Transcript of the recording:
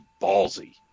ballsy